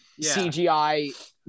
CGI